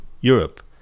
Europe